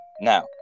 now